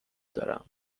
دارم